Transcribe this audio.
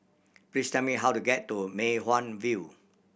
please tell me how to get to Mei Hwan View